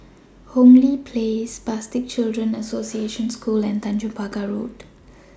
Hong Lee Place Spastic Children's Association School and Tanjong Pagar Road